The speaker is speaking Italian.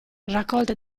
raccolte